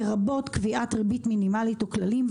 לרבות קביעת ריבית מינימלית או כללים,